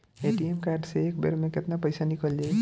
ATM card से एक बेर मे केतना पईसा निकल जाई?